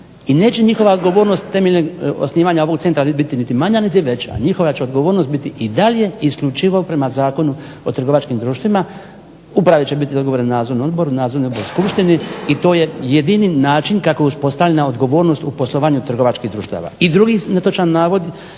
I neće njihova odgovornost temeljem osnivanja ovog centra biti niti manja niti veća, njihova će odgovornost biti i dalje isključivo prema Zakonu o trgovačkim društvima. Uprave će biti odgovorne nadzornom odboru, nadzorni odbor skupštini i to je jedini način kako je uspostavljena odgovornost u poslovanju trgovačkih društava. I drugi netočan navod,